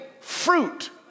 fruit